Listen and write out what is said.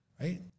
right